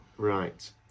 Right